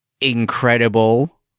incredible